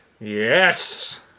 Yes